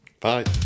Bye